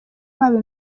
babo